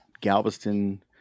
Galveston